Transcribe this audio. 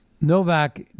Novak